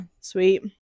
Sweet